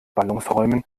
ballungsräumen